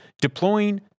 Deploying